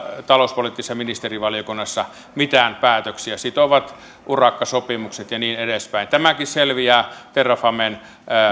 talouspoliittisessa ministerivaliokunnassa mitään päätöksiä sitovat urakkasopimukset ja niin edespäin tämäkin selviää terrafamen